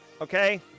okay